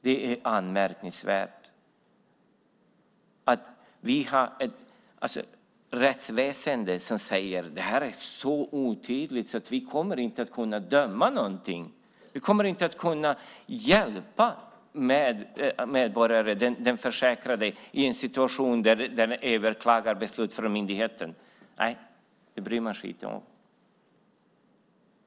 Det är anmärkningsvärt att vi har ett rättsväsende som säger att det här är så otydligt att vi inte kommer att kunna döma utifrån det. Vi kommer inte att kunna hjälpa den försäkrade i en situation där han eller hon överklagar beslut från myndigheten. Det bryr man sig inte om.